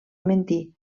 mentir